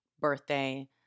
birthday